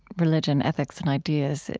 religion, ethics, and ideas,